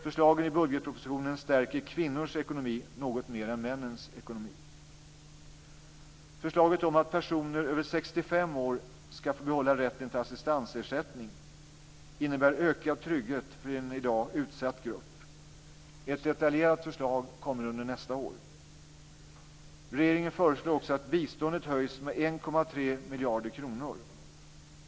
Förslagen i budgetpropositionen stärker kvinnors ekonomi något mer än männens ekonomi. Förslaget om att personer över 65 år ska få behålla rätten till assistansersättning innebär en ökad trygghet för en i dag utsatt grupp. Ett detaljerat förslag kommer under nästa år. Regeringen föreslår också att biståndet höjs med 1,3 miljarder kronor.